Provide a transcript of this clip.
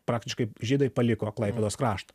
praktiškai žydai paliko klaipėdos kraštą